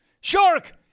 shark